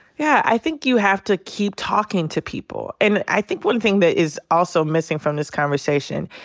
yeah. i think you have to keep talking to people. and i think one thing that is also missing from this conversation,